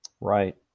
Right